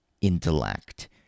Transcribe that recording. intellect